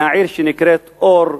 מהעיר שנקראת אור,